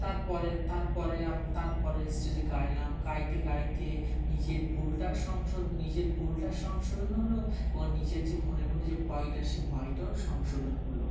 তারপরে তারপরে তারপরে স্টেজে গাইলাম গাইতে গাইতে নিজের ভুলটা সংশোধন নিজের ভুলটা সংশোধন হলো এবং নিজের যে মনের মধ্যে যে ভয়টা সে ভয়টাও সংশোধন হলো